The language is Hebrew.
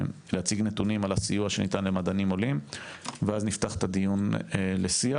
נתונים על הסיוע שניתן למדענים עולים ואז נפתח את הדיון לשיח.